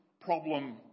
problem